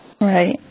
Right